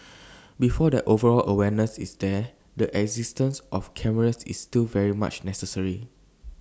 before that overall awareness is there the existence of cameras is still very much necessary